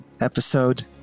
episode